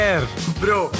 Bro